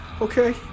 Okay